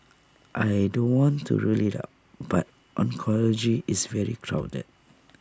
I don't want to rule IT out but oncology is very crowded